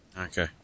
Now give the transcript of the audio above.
Okay